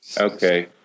Okay